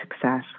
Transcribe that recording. success